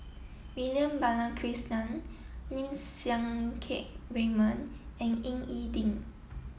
Vivian Balakrishnan Lim Siang Keat Raymond and Ying E Ding